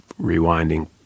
rewinding